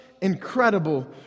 incredible